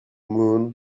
moon